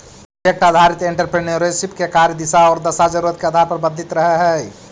project आधारित entrepreneurship के कार्य के दिशा औउर दशा जरूरत के आधार पर बदलित रहऽ हई